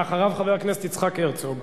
ואחריו, חבר הכנסת יצחק הרצוג.